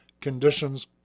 conditions